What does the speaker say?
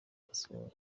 asohoye